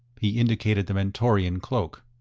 he indicated the mentorian cloak.